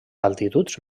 altituds